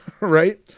Right